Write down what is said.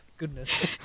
goodness